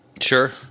Sure